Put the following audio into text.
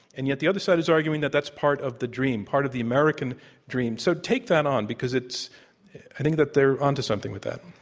and yet the other side is arguing that that's part of the dream, part of the american dream. so take that on, because it's i think that they're onto something with that.